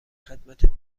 خدمت